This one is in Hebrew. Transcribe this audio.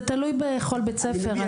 זה תלוי בכל בית ספר.